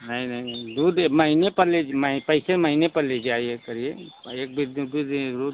नहीं नहीं दूध महीने पर पैसे महीने पर ले जाया करिए एक दिन द्वि दिन रोज